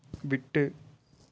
விட்டு